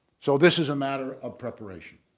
so this is a matter of preparation,